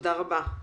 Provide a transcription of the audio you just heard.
תודה רבה.